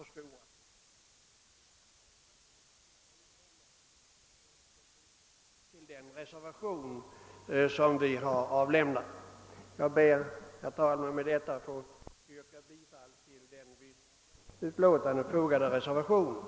Också detta uttalande kan tas till intäkt för ett yrkande om bifall till den reservation som vi har avgivit. Jag ber, herr talman, att få yrka bifall till den vid utlåtandet fogade reservationen.